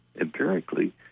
Empirically